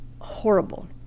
horrible